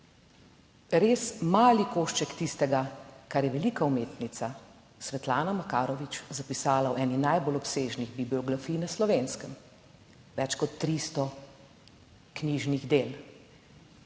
res mali košček tistega, kar je velika umetnica, Svetlana Makarovič, zapisala v eni najbolj obsežnih bibliografij na Slovenskem; več kot 300 knjižnih del,